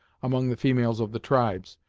among the females of the tribes,